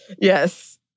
Yes